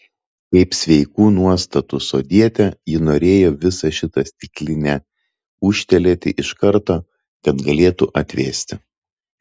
kaip sveikų nuostatų sodietė ji norėjo visą šitą stiklinę ūžtelėti iš karto kad galėtų atvėsti